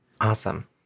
awesome